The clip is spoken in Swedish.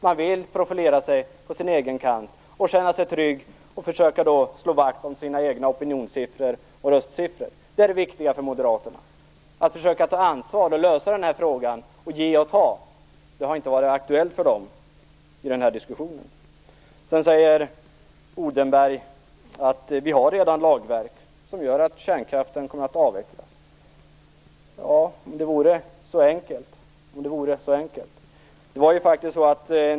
Man vill profilera sig på sin egen kant och känna sig trygg, och man försöker slå vakt om sina egna opinionssiffror och röstsiffror. Det är det viktiga för Moderaterna. Att försöka ta ansvar och lösa den här frågan, att ge och ta, har inte varit aktuellt för dem i den här diskussionen. Odenberg säger att vi redan har lagverk som gör att kärnkraften kommer att avvecklas. Ja, om det vore så enkelt.